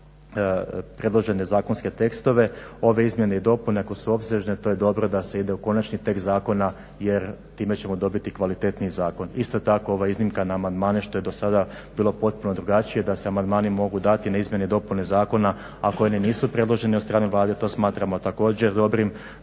predložene zakonske tekstove, ove izmjene i dopune ako su opsežne to je dobro da se ide u konačni tekst zakona jer time ćemo dobiti kvalitetniji zakon. Isto tako ova iznimka na amandmane što je do sada bilo potpuno drugačije da se amandmani mogu dati na izmjene i dopune zakona a koje nisu predložene od strane Vlade to smatramo također dobrim.